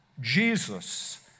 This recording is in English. Jesus